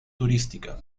turística